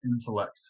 intellect